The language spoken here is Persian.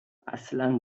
اصلا